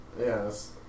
yes